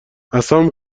عصام